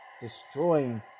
destroying